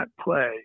play